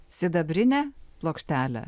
sidabrinę plokštelę